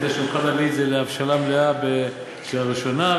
כדי שנוכל להביא את זה להבשלה מלאה בקריאה ראשונה,